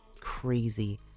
crazy